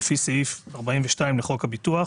לפי סעיף 42 לחוק הביטוח